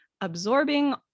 absorbing